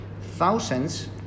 thousands